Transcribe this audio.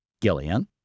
Gillian